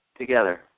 together